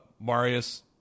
Marius